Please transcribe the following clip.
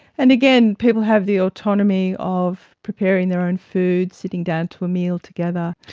and again, people have the autonomy of preparing their own food, sitting down to a meal together.